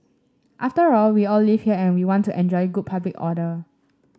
after all we all live here and we want to enjoy good public order